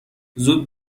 زود